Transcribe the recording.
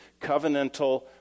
covenantal